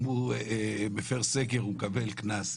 אם הוא מפר סגר הוא מקבל קנס.